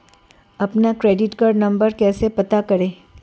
अपना credit card number कैसे पता करें?